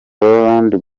rolland